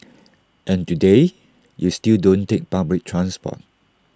and today you still don't take public transport